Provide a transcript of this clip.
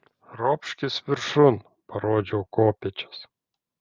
ropškis viršun parodžiau kopėčias